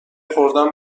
خوردن